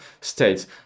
states